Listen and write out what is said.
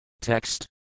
Text